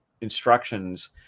instructions